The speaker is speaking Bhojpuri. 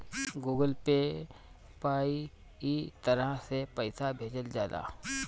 गूगल पे पअ इ तरह से पईसा भेजल जाला